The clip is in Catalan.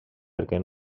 perquè